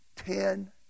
Ten